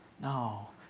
No